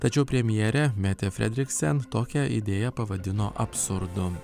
tačiau premjerė metė fredriksen tokią idėją pavadino absurdu